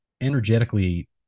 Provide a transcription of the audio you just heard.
energetically